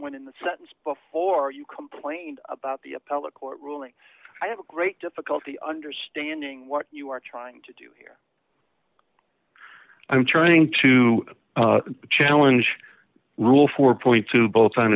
when in the sentence before you complain about the appellate court ruling i have a great difficulty understanding what you are trying to do here i'm turning to challenge rule four point two both on